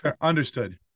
Understood